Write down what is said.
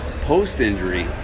post-injury